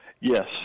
Yes